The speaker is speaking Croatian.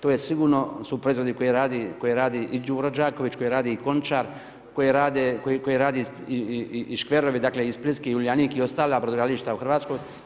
To su sigurno proizvodi koje radi i Đuro Đaković, koje radi i Končar, koje rade i škverovi, dakle i splitski Uljanik i ostala brodogradilišta u Hrvatskoj.